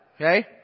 Okay